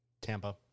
Tampa